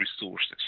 resources